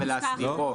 ולהסדירו,